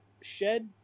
shed